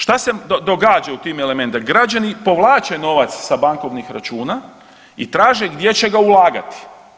Šta se događa u tim ... da građani povlače novac sa bankovnih računa i traže gdje će ga ulagati.